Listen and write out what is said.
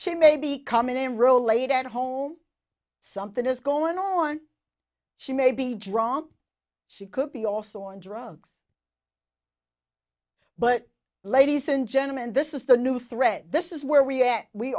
she maybe come in and roll late at home something is going on she may be drawn she could be also on drugs but ladies and gentlemen this is the new thread this is where we we